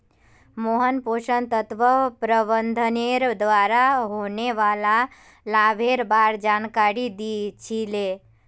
मोहन पोषण तत्व प्रबंधनेर द्वारा होने वाला लाभेर बार जानकारी दी छि ले